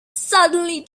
suddenly